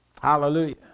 Hallelujah